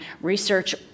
research